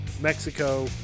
Mexico